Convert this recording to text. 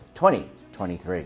2023